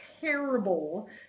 terrible